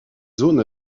zone